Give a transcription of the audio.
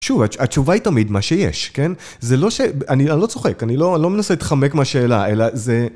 שוב, התשובה היא תמיד מה שיש, כן? זה לא ש... אני לא צוחק, אני לא מנסה להתחמק מהשאלה, אלא זה...